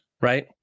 right